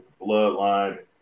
bloodline